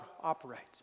operates